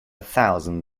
thousand